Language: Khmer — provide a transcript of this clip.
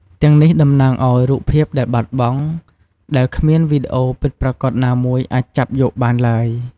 ទាំងនេះ តំណាងឱ្យ "រូបភាពដែលបាត់បង់" ដែលគ្មានវីដេអូពិតប្រាកដណាមួយអាចចាប់យកបានឡើយ។